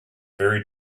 very